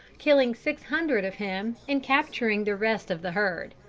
killing six hundred of him and capturing the rest of the herd.